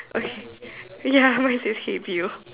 okay ya my says hey bill